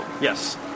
Yes